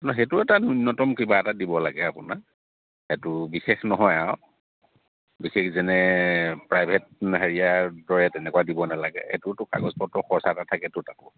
সেইটো এটা নূন্যতম কিবা এটা দিব লাগে আপোনাৰ সেইটো বিশেষ নহয় আৰু বিশেষ যেনে প্ৰাইভেট হেৰিয়াৰ দৰে তেনেকুৱা দিব নালাগে এইটোতো কাগজপত্ৰ খৰচ এটা থাকেতো তাতো